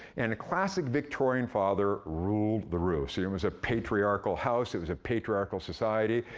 and a classic victorian father ruled the roost. it and was a patriarchal house, it was a patriarchal society,